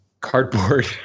cardboard